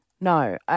No